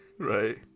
Right